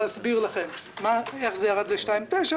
להסביר לכם איך זה ירד ל-2.9%,